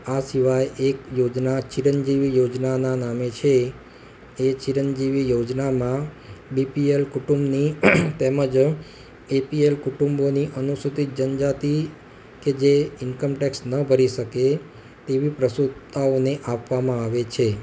આ સિવાય એક યોજના ચિરંજીવી યોજનાનાં નામે છે એ ચિરંજીવી યોજનામાં બીપીએલ કુટુંબની તેમ જ એપીએલ કુટુંબની અનુસૂચિત જનજાતિ કે જે ઈન્કમટેક્સ ન ભરી શકે તેવી પ્રસૂતાઓને આપવામાં આવે છે